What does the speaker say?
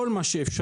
כל מה שאפשר.